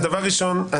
דבר ראשון,